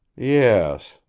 yes.